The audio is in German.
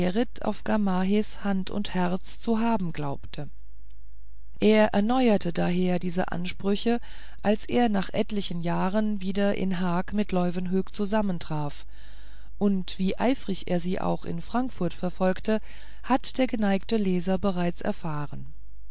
hand und herz zu haben glaubte er erneuerte daher diese ansprüche als er nach etlichen jahren wiederum im haag mit leuwenhoek zusammentraf und wie eifrig er sie auch in frankfurt verfolgte hat der geneigte leser bereits erfahren